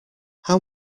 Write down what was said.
how